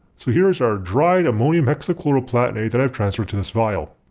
so here is our dried ammonium hexachloroplatinate and i've transfered to this vial.